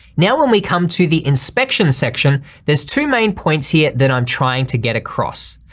now, when we come to the inspection section there's two main points here that i'm trying to get across.